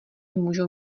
můžou